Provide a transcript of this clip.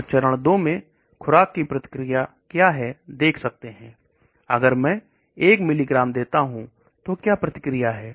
और 2 चरण में खुराक की प्रतिक्रिया क्या है देख सकते हैं अगर मैं 1 मिलीग्राम दबा देता हूं तो क्या प्रतिक्रिया है